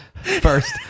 First